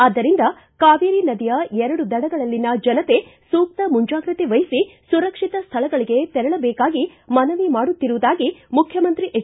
ಆದ್ದರಿಂದ ಕಾವೇರಿ ನದಿಯ ಎರಡು ದಡಗಳಲ್ಲಿನ ಜನತೆ ಸೂಕ್ತ ಮುಂಜಾಗ್ರತೆ ವಹಿಸಿ ಸುರಕ್ಷಿತ ಸ್ಥಳಗಳಗೆ ತೆರಳದೇಕಾಗಿ ಮನವಿ ಮಾಡುತ್ತಿರುವುದಾಗಿ ಮುಖ್ಯಮಂತ್ರಿ ಎಚ್